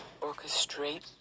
orchestrate